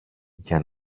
για